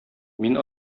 мин